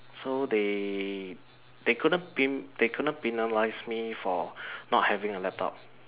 so they they couldn't pe~ they couldn't penalise me for not having a laptop